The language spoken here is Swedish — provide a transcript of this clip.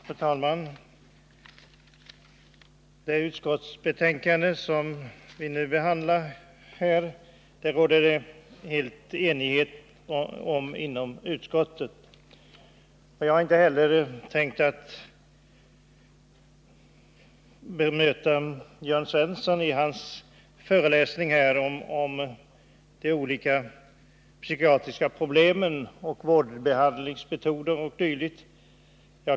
Fru talman! Det utskottsbetänkande som vi nu behandlar råder det enighet om inom utskottet. Jag har inte tänkt att bemöta Jörn Svenssons föreläsning om olika psykiatriska problem, behandlingsmetoder o. d.